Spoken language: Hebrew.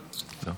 לא.